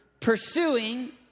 pursuing